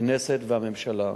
הכנסת והממשלה.